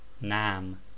nam